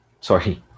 Sorry